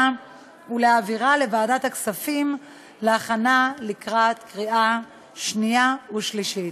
ולהעבירה לוועדת הכספים להכנה לקריאה שנייה ושלישית.